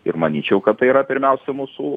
ir manyčiau kad tai yra pirmiausia mūsų